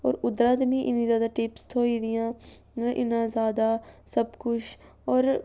होर उद्धरा ते मी इन्नी जैदा टिप्स थ्होई दियां हें इन्ना जैदा सब कुछ होर